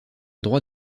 droit